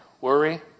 Worry